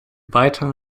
weiteren